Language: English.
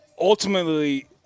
ultimately